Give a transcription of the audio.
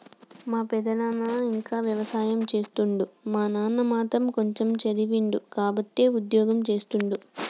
మా పెదనాన ఇంకా వ్యవసాయం చేస్తుండు మా నాన్న మాత్రం కొంచెమ్ చదివిండు కాబట్టే ఉద్యోగం చేస్తుండు